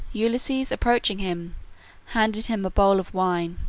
ulysses approaching him handed him a bowl of wine,